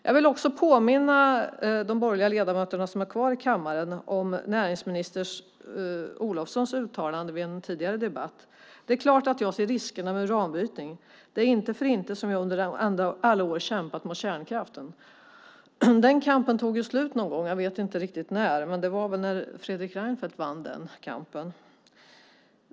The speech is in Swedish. Jag vill också påminna de borgerliga ledamöter som är kvar i kammaren om näringsminister Olofssons uttalande vid en tidigare debatt. Hon sade att det var klart att hon såg riskerna med uranbrytning. Det är inte för inte som hon under alla år har kämpat mot kärnkraften. Den kampen tog ju slut någon gång. Jag vet inte riktigt när, men det var väl när Fredrik Reinfeldt vann kampen.